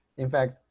in fact,